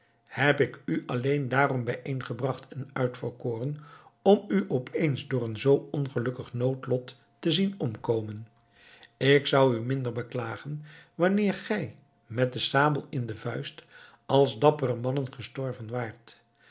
heb ik u alleen daarom bijeengebracht en uitverkoren om u opeens door een zoo ongelukkig noodlot te zien omkomen ik zou u minder beklagen wanneer gij met de sabel in de vuist als dappere mannen gestorven waart